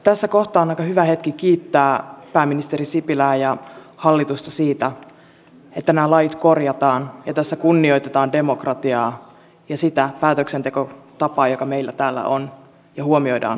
tässä kohtaa on aika hyvä hetki kiittää pääministeri sipilää ja hallitusta siitä että nämä lait korjataan ja tässä kunnioitetaan demokratiaa ja sitä päätöksentekotapaa joka meillä täällä on ja huomioidaan ihmisoikeudet